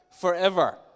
forever